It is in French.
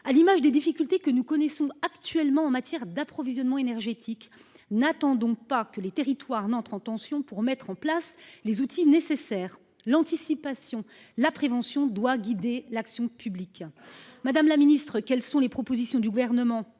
À l'image des difficultés que nous connaissons actuellement en matière d'approvisionnement énergétique, n'attendons pas que les territoires entrent en tension pour mettre en place les outils nécessaires. L'anticipation et la prévention doivent guider l'action publique. Madame la secrétaire d'État, quelles sont les propositions du Gouvernement